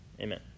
Amen